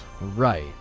Right